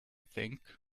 think